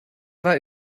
war